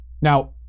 Now